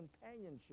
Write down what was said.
companionship